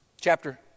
Chapter